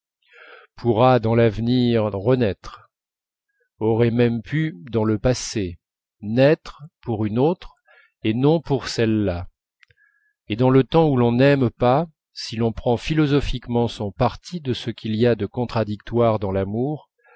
pourra dans l'avenir renaître aurait pu même dans le passé naître pour une autre et non pour celle-là et dans le temps où l'on n'aime pas si l'on prend philosophiquement son parti de ce qu'il y a de contradictoire dans l'amour